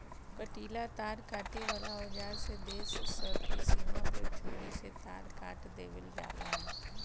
कंटीला तार काटे वाला औज़ार से देश स के सीमा पर चोरी से तार काट देवेल जाला